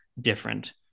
different